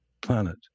planet